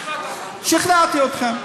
שכנעת אותנו.